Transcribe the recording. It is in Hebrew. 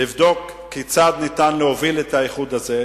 לבדוק כיצד ניתן להוביל את האיחוד הזה,